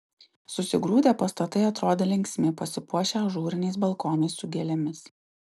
susigrūdę pastatai atrodė linksmi pasipuošę ažūriniais balkonais su gėlėmis